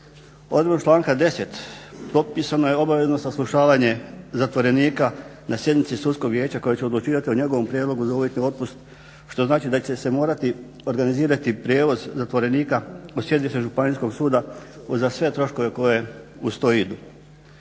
… članka 10.propisano je obavezno saslušavanje zatvorenika na sjednici Sudskog vijeća koje će odlučivati o njegovom prijedlogu za uvjetni otpust što znači da će se morati organizirati prijevoz zatvorenika u sjedište županijskog suda uz sve troškove koji uz to idu.